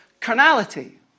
carnality